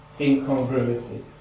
incongruity